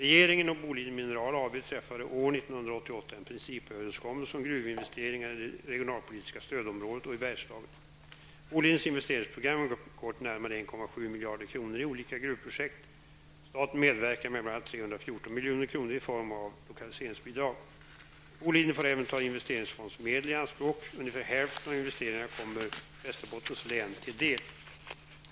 1988 en principöverenskommelse om gruvinvesteringar i det regionalpolitiska stödområdet och i Bergslagen. Bolidens investeringsprogram uppgår till närmare 1,7 miljarder kronor i olika gruvprojekt. Staten medverkar med bl.a. 314 milj.kr. i form av lokaliseringsbidrag. Boliden får även ta investeringsfondsmedel i anspråk. Ungefär hälften av investeringarna kommer Västerbottens län till del.